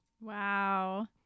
Wow